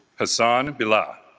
hassan villa,